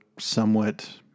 somewhat